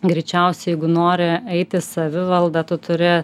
greičiausiai jeigu nori eit į savivaldą tu turi